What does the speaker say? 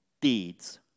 deeds